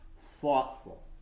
thoughtful